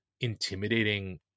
intimidating